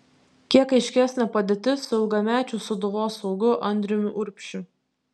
kiek aiškesnė padėtis su ilgamečiu sūduvos saugu andriumi urbšiu